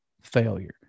failure